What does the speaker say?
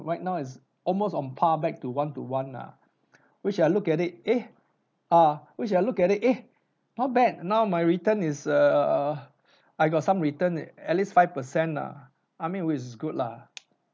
right now it's almost on par back to one to one nah which I look at it eh uh which I look at it eh not bad now my return is err I got some return at least five percent nah I mean which is good lah